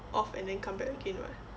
off and then come back again [what]